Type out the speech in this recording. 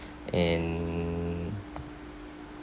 and